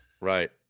Right